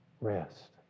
Rest